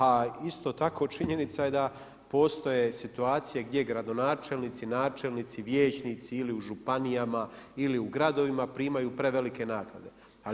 A isto tako činjenica je da postoje situacije, gdje gradonačelnici, načelnici, vijećnici, ili u županijama ili u gradovima primaju preveliki naknade.